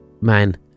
man